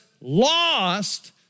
lost